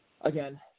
again